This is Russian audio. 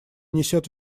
несет